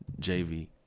JV